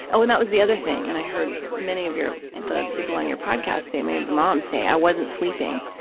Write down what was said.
oh, and that was the other thing, and i heard many of your, the people on your podcast say, many of the moms say, i wasn't sleeping,